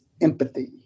empathy